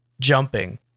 jumping